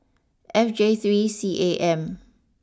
F J three C A M